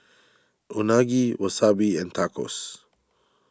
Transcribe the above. Unagi Wasabi and Tacos